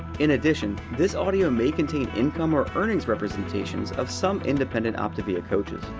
in addition, this audio may contain income or earnings representations of some independent optavia coaches.